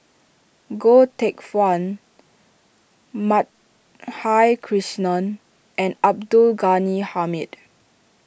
Goh Teck Phuan Madhavi Krishnan and Abdul Ghani Hamid